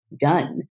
done